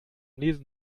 lesen